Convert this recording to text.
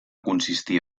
consistir